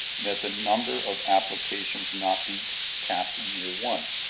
that the number of applications not be capped in year one,